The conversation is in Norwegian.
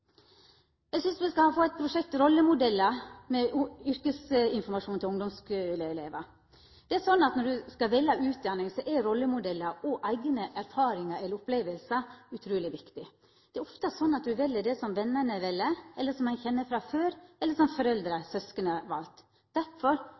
Eg synest me skal få eit prosjekt om rollemodellar, med yrkesinformasjon til ungdomskuleelevar. Det er sånn at når ein skal velja utdanning, er rollemodellar og eigne erfaringar eller opplevingar utruleg viktig. Det er ofte sånn at ein vel det som venene vel, noko ein kjenner frå før, eller det som